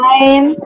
Nine